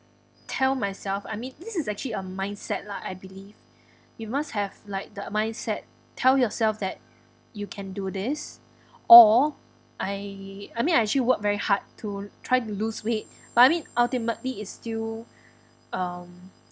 tell myself I mean this is actually a mindset lah I believe you must have like the mindset tell yourself that you can do this or I I mean I actually work very hard to try to lose weight but I mean ultimately is still um